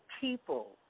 people